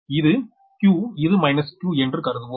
இது q எனில் இது மைனஸ் q என்று கருதுவோம்